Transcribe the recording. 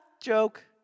joke